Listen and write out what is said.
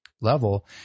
level